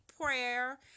prayer